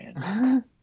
man